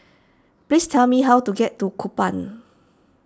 please tell me how to get to Kupang